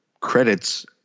credits